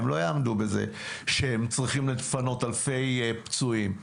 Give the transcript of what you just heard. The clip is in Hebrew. הם לא יעמדו בזה שהם צריכים לפנות אלפי פצועים,